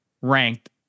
ranked